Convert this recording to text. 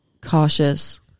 cautious